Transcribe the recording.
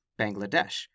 Bangladesh